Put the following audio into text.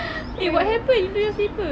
eh what happened to your slipper